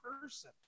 person